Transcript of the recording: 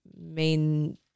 main